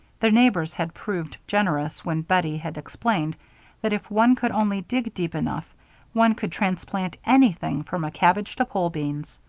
their neighbors had proved generous when bettie had explained that if one could only dig deep enough one could transplant anything, from a cabbage to pole-beans.